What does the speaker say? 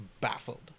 baffled